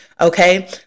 Okay